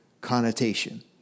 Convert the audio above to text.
connotation